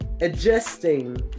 adjusting